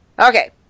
Okay